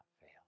fail